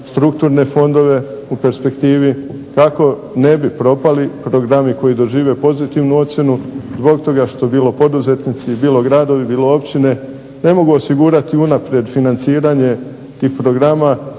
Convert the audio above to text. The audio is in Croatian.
strukturne fondove u perspektivi kako ne bi propali programi koji dožive pozitivnu ocjenu zbog toga što bilo poduzetnici, bilo gradovi, bilo općine ne mogu osigurati unaprijed financiranje tih programa